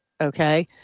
Okay